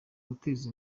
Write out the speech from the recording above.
guteza